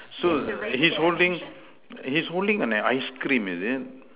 so he's holding he's holding on an ice cream is it